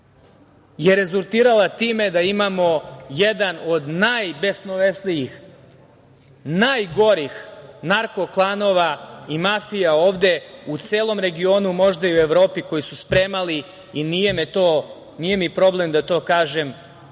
je rezultirala time da imamo jedan od najbesnovesnijih, najgorih narko klanova i mafija ovde u celom regionu, možda i u Evropi, koji su spremali, i nije mi problem da to kažem,